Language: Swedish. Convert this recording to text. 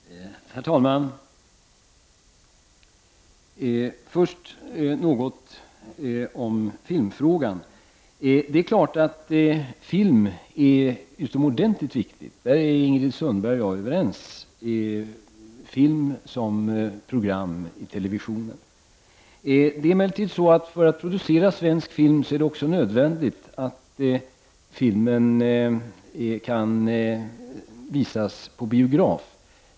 Herr talman! Först något om filmfrågan. Film, som program i televisionen, är utomordentligt viktig — där är Ingrid Sundberg och jag överens. För att man skall kunna producera svensk film är det emellertid också nödvändigt att filmen kan visas på biograf.